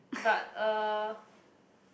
but uh